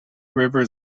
river